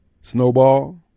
Snowball